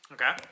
Okay